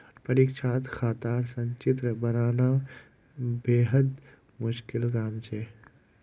परीक्षात खातार संचित्र बनाना बेहद मुश्किल काम छ